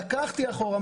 לקחתי אחורה.